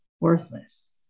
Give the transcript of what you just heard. worthless